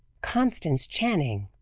constance channing.